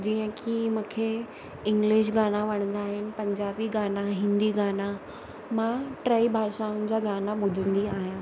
जीअं की मूंखे इंग्लिश गाना वणंदा आहिनि पंजाबी गाना हिंदी गाना मां टई भाषाउनि जा गाना ॿुधंदी आहियां